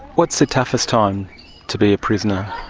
what's the toughest time to be a prisoner?